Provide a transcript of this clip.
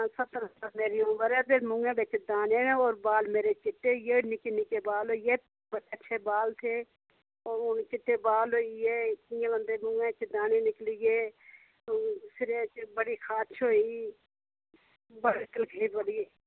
सत्तर साल मेरी उमर ऐ ते मूहैं बिच दाने न होर बाल मेरे चिट्टे होइये होर निक्के निक्के बाल होइये होर बड़े अच्छे बाल थे हू'न चिट्टे होइये ते मूहां च दाने निकली गे ते सिरै च बड़ी खारश होई बड़ी तकलीफ बड़ी